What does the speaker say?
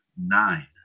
nine